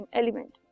element